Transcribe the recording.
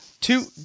two